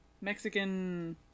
mexican